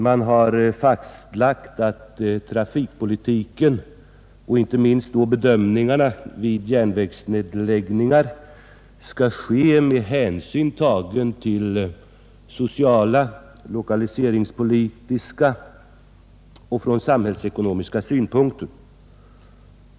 Man har uttalat att hänsyn, inte minst när det gäller järnvägsnedläggningar, skall tas till sociala, lokaliseringspolitiska och samhällsekonomiska synpunkter.